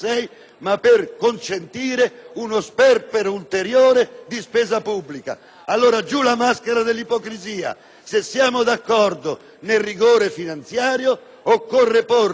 Allora, giù la maschera dell'ipocrisia! Se siamo d'accordo sul rigore finanziario occorre porre il vincolo europeo sul saldo, ma anche prevedere un percorso ragionevole, morbido,